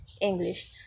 English